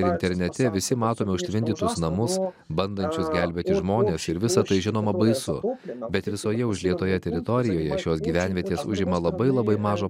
internete visi matome užtvindytus namus bandančius gelbėti žmones ir visa tai žinoma baisu bet visoje užlietoje teritorijoje šios gyvenvietės užima labai labai mažą